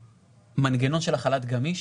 המנגנון של החל"ת הגמיש,